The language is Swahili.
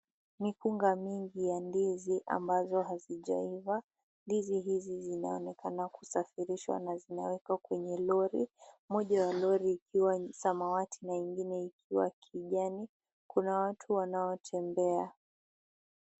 Mikunga mingi ya ndizi ambazo hazijaiva. Ndizi hizi zinaonekana kusafirishwa na zinawekwa kwenye lori. Moja wa lori ikiwa ni samawati na ingine ikiwa kijani. Kuna watu wanaotembea.